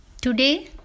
Today